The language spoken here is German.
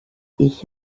ich